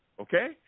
okay